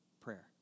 prayer